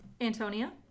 Antonia